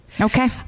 Okay